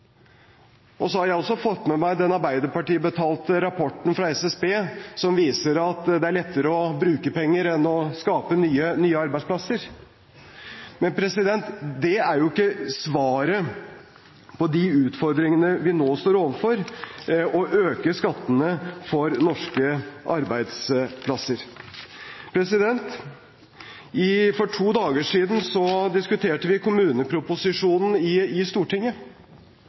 Så har jeg også fått med meg den Arbeiderparti-betalte rapporten fra SSB som viser at det er lettere å bruke penger enn å skape nye arbeidsplasser. Men svaret på de utfordringene vi nå står overfor, er ikke å øke skattene for norske arbeidsplasser. For to dager siden diskuterte vi kommuneproposisjonen i Stortinget.